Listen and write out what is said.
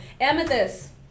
amethyst